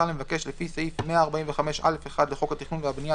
למבקש לפי סעיף 145(א1) לחוק התכנון והבנייה,